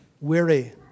weary